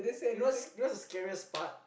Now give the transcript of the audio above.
you know what's the scariest part